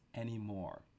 anymore